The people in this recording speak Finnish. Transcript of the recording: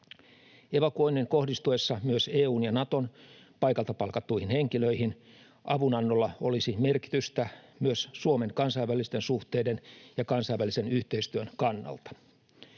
Evakuoinnin kohdistuessa myös EU:n ja Naton paikalta palkattuihin henkilöihin avun-annolla olisi merkitystä myös Suomen kansainvälisten suhteiden ja kansainvälisen yhteistyön kannalta.